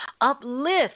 uplift